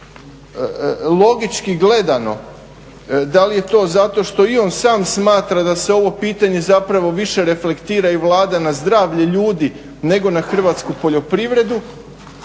logički gledano, da li je to zato što i on sam smatra da se ovo pitanje zapravo više reflektira i vlada na zdravlje ljudi nego na hrvatsku poljoprivredu